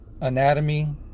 anatomy